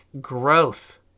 growth